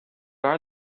are